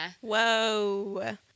Whoa